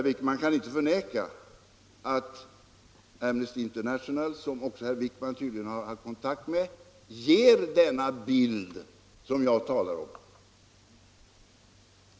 Herr Wijkman kan inte förneka att Amnesty International, som även herr Wijkman tydligen haft kontakt med, ger den bild som jag talar om.